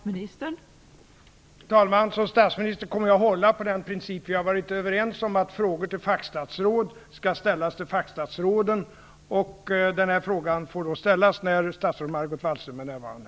Fru talman! Som statsminister kommer jag att hålla på den princip vi har varit överens om, dvs. att frågor till fackstatsråd skall ställas till fackstatsråden. Denna fråga får ställas när statsrådet Margot Wallström är närvarande.